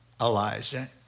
Elijah